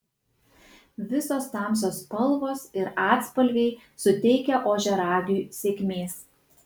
visos tamsios spalvos ir atspalviai suteikia ožiaragiui sėkmės